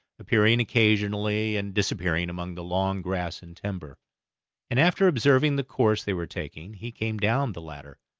appearing occasionally and disappearing among the long grass and timber and after observing the course they were taking he came down the ladder.